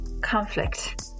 conflict